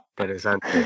Interesante